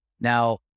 Now